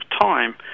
time